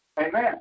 Amen